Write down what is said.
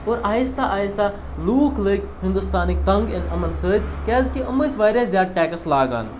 اور آہِستہ آہِستہ لوٗکھ لٔگۍ ہِندوستانٕکۍ تنٛگ یِنہٕ یِمَن سۭتۍ کیٛازِکہِ یِم ٲسۍ واریاہ زیادٕ ٹٮ۪کٕس لاگان